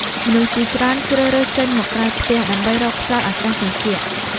មនុស្សជាច្រើនជ្រើសរើសចេញមកក្រៅផ្ទះ ដើម្បីរកខ្យល់អាកាសត្រជាក់។